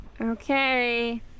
Okay